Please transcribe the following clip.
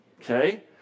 Okay